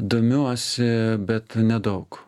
domiuosi bet nedaug